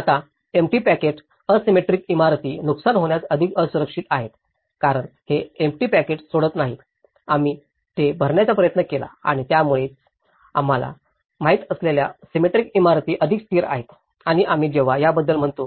आता empty pocket asymmetrical इमारती नुकसान होण्यास अधिक असुरक्षित आहेत कारण हे एम्प्टी पॉकेट्स सोडत नाहीत आम्ही ते भरण्याचा प्रयत्न केला आणि यामुळेच आपल्याला माहित असलेल्या सिमेट्रिक इमारती अधिक स्थिर आहेत आणि आम्ही जेव्हा याबद्दल म्हणतो